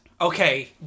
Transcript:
Okay